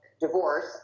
divorce